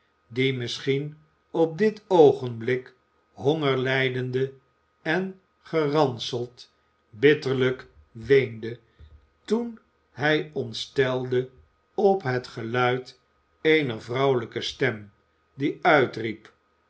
die misschien op dit oogenblik honger lijdende en geranseld bitterlijk weende toen hij ontstelde op het geluid eener vrouwelijke stem die uitriep